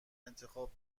انتخاب